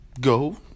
go